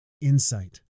insight